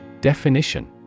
Definition